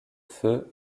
feu